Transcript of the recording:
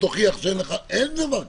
אין יותר דבר כזה.